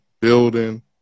building